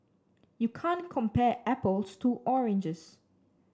you can't compare apples to oranges